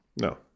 No